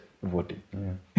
Voting